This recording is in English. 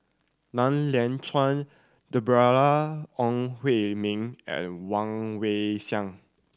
Liang Chiang Deborah Ong Hui Min and Woon Wei Siang